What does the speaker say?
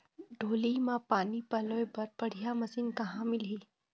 डोली म पानी पलोए बर बढ़िया मशीन कहां मिलही?